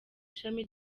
ishami